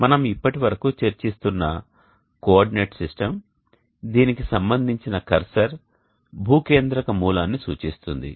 మనం ఇప్పటి వరకు చర్చిస్తున్న కోఆర్డినేట్ సిస్టమ్ దీనికి సంబంధించిన కర్సర్ భూ కేంద్రక మూలాన్ని సూచిస్తుంది